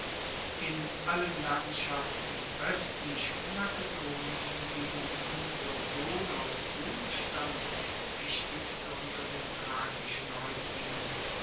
in den landschaften oestlich von makedonien gegen die untere donau zu stand der maechtigste unter den thrakischen haeuptlingen